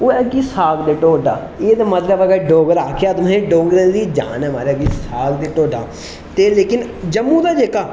ओह् है कि साग ते ढोडा एह् ते मतलब अगर डोगरा आखेआ तुसें ते डोगरें दी जान ऐ मतलब कि साग ते ढोढा ते लेकिन जम्मू दा जेह्का